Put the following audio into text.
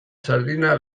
sardina